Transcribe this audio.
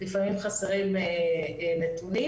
לפעמים חסרים נתונים.